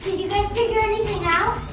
you guys figure anything out?